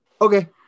okay